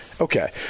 Okay